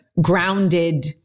grounded